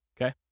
okay